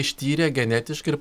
ištyrė genetiškai ir